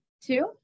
Two